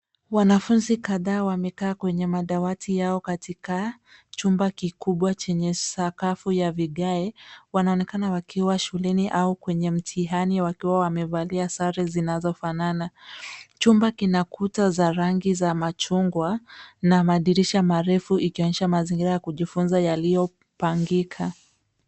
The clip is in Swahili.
Wanafunzi kadhaa wamekaa kwenye madawati yao katika chumba kikubwa chenye sakafu ya vigae. Wanaonekana wakiwa shuleni au kwenye mtihani wakiwa wamevalia sare zinazofanana. Chumba kina kuta za rangi za machungwa na madirisha marefu, ikionyesha mazingira ya kujifunza yaliyopangika.